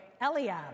Eliab